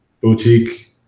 boutique